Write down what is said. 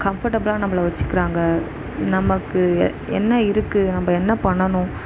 கம்ஃபர்டபுளாக நம்பளை வச்சிக்கிறாங்க நமக்கு என்ன இருக்குது நம்ம என்ன பண்ணணும்